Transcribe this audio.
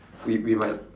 we we might